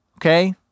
Okay